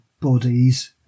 bodies